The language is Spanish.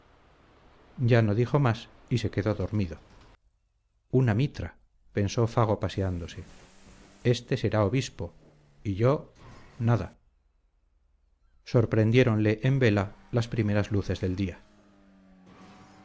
ya no dijo más y se quedó dormido una mitra pensó fago paseándose éste será obispo y yo nada sorprendiéronle en vela las primeras luces del día